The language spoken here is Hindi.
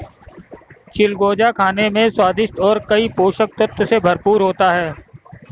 चिलगोजा खाने में स्वादिष्ट और कई पोषक तत्व से भरपूर होता है